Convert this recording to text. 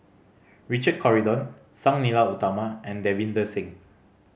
Richard Corridon Sang Nila Utama and Davinder Singh